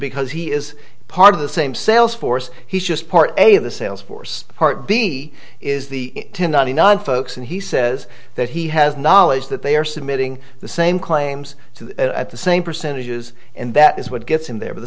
because he is part of the same sales force he's just part of the sales force part b is the to ninety nine folks and he says that he has knowledge that they are submitting the same claims to at the same percentages and that is what gets in there